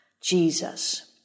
Jesus